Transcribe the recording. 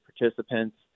participants